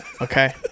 okay